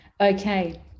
Okay